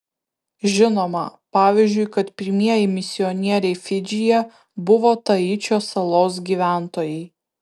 žinoma pavyzdžiui kad pirmieji misionieriai fidžyje buvo taičio salos gyventojai